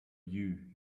you